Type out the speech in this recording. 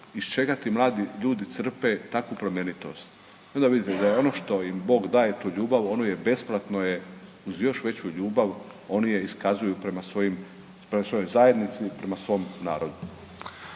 čega ti mladi ljudi crpe takvu plemenitost. I onda vidite da je ono što im Bog daje tu ljubav ono je besplatno je uz još veću ljubav oni je iskazuju prema svojim, prema svojoj zajednici i prema svom narodu.